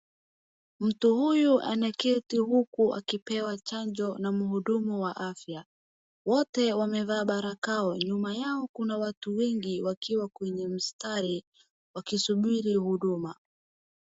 Mtu huyu anaketi huku akipewa chanjo na mhudumu wa afya. Wote wamevaa barakoa. Nyuma yao kuna watu wengi wakiwa kwenye mstari wakisubiri huduma.